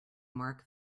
mark